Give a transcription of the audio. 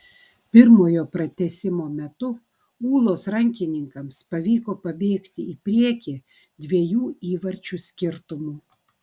pirmojo pratęsimo metu ūlos rankininkams pavyko pabėgti į priekį dviejų įvarčių skirtumu